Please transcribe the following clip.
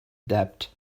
debt